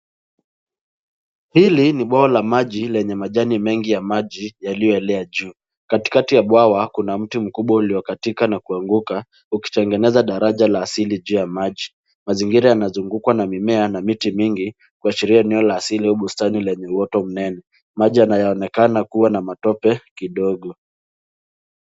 Hili ni bwawa la maji lenye majani mengi ya maji yaliyoelea juu. Katikati ya bwawa kuna mti mkubwa uliokatika na kuanguka ukitengeneza daraja la asili juu ya maji. Mazingira yanazungukwa na mimea na miti mingi, kuashiria eneo la asili au bustani lenye mto mnene. Maji yanayoonekana kuwa na matope kidogo.